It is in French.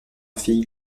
fille